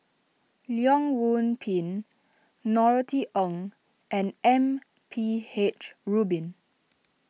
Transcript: Leong Yoon Pin Norothy Ng and M P H Rubin